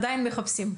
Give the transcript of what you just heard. עדיין מחפשים.